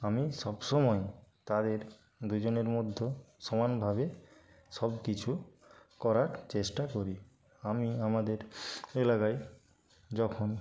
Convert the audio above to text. আমি সবসময়ই তাদের দুজনের মধ্যে সমানভাবে সবকিছু করার চেষ্টা করি আমি আমাদের এলাকায় যখন